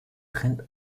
trennt